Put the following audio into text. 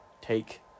take